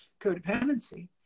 codependency